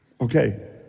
Okay